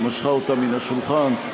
משכה אותה מן השולחן.